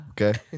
Okay